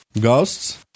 Ghosts